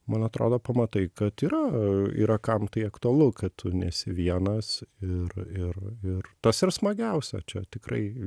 man atrodo pamatai kad yra yra kam tai aktualu kad tu nesi vienas ir ir ir tas ir smagiausia čia tikrai